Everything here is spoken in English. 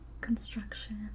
construction